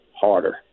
harder